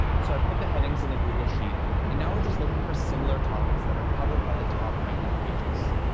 so i've put the headings in a google sheet and now we're just looking for similar topics that are covered by the top-ranking pages.